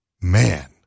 Man